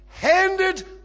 handed